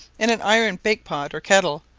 in an iron bake-pot, or kettle,